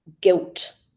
guilt